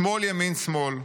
'שמאל, ימין, שמאל',